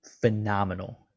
phenomenal